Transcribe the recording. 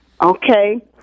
okay